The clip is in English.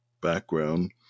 background